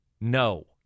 no